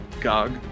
gog